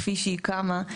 כפי שהיא קמה,